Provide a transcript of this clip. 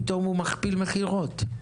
פתאום הוא מכפיל מכירות.